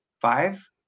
Five